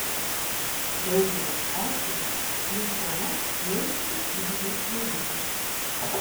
daugelis autorių limfomas laiko piktybiniais navikais